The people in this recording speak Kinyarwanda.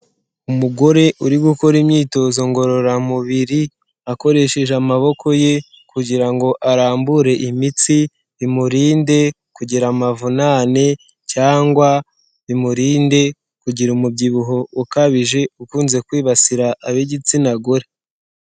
Umugore uri gukora imyitozo ngororamubiri, akoresheje amaboko ye, kugira ngo arambure imitsi, bimurinde kugira amavunane cyangwa bimurinde kugira umubyibuho ukabije, ukunze kwibasira ab'igitsina gore.